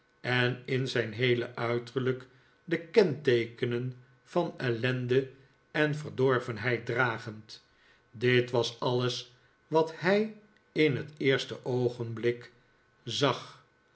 en in zijn heele uiterlijk de kenteekenen van ellende en verdorvenheid dragend dit was alles wat hij in het eerste oogenblik zag